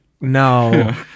no